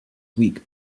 week